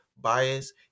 bias